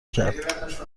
کرد